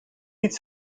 niet